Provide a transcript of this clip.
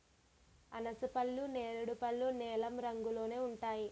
అనాసపళ్ళు నేరేడు పళ్ళు నీలం రంగులోనే ఉంటాయి